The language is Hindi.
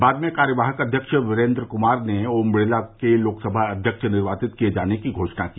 बाद में कार्यवाहक अध्यक्ष वीरेन्द्र कुमार ने ओम बिड़ला के लोकसभा अध्यक्ष निर्वाचित किए जाने की घोषणा की